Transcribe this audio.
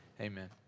amen